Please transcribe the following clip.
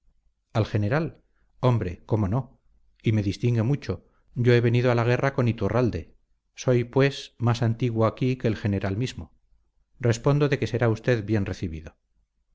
al general hombre cómo no y me distingue mucho yo he venido a la guerra con iturralde soy pues más antiguo aquí que el general mismo respondo de que será usted bien recibido